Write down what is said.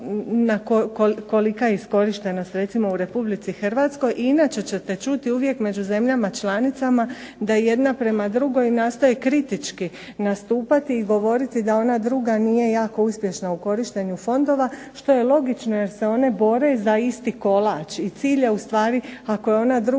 kolika je iskorištenost recimo u Republici Hrvatskoj. I inače ćete čuti uvijek među zemljama članicama da jedna prema drugoj nastoji kritički nastupati i govoriti da ona druga nije jako uspješna u korištenju fondova što je logično jer se one bore za isti kolač. I cilj je u stvari ako je ona druga